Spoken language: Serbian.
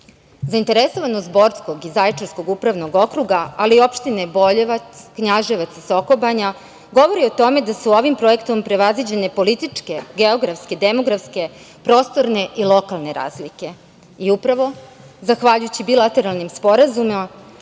Srbiju. Zainteresovanost Borskog i Zaječarskog upravnog okruga, ali i opštine Boljevac, Knjaževac i Sokobanja, govori o tome da su ovim projektom prevaziđene političke, geografske, demografske, prostorne i lokalne razlike. Upravo zahvaljujući bilateralnim sporazumom,